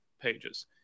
pages